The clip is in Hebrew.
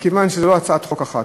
מכיוון שזאת לא הצעת חוק אחת,